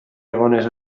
egonez